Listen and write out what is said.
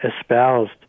espoused